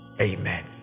Amen